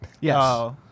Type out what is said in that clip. Yes